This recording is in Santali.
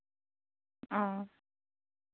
ᱚᱻ